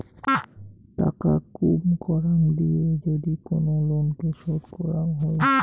টাকা কুম করাং দিয়ে যদি কোন লোনকে শোধ করাং হই